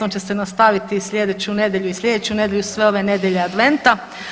On će se nastaviti i slijedeću nedjelju i slijedeću nedjelju i sve ove nedjelje adventa.